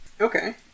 Okay